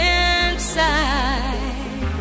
inside